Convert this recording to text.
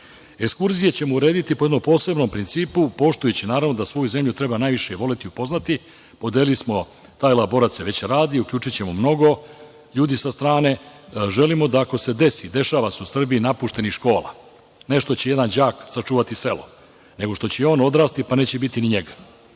ćemo urediti po jednom posebnom principu, poštujući, naravno, da svoju zemlju treba najviše voleti i upoznati. Podelili smo, taj elaborat se već radi. Uključićemo mnogo ljudi sa strane. Želimo da ako se desi, i dešava se u Srbiji napuštenih škola, ne što će jedan đak sačuvati selo, nego što će i on odrasti, pa neće biti ni njega,